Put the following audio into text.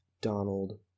Donald